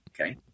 Okay